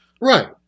Right